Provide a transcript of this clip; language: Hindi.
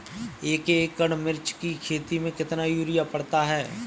एक एकड़ मिर्च की खेती में कितना यूरिया पड़ता है?